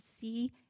see